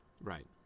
right